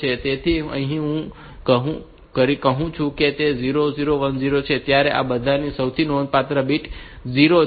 તેથી જ્યારે હું કહું કે તે 0 0 1 0 છે ત્યારે આ બધા સૌથી નોંધપાત્ર બિટ્સ 0 છે